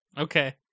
Okay